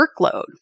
workload